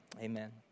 amen